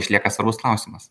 išlieka svarbus klausimas